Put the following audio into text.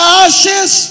ashes